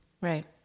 Right